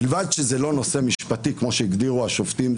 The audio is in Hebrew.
מלבד שזה לא נושא משפטי כמו שהגדירו השופטים.